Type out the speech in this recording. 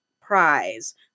prize